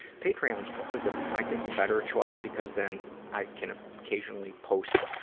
patreon's probably the, i think the better choice, because then i can ah occasionally post,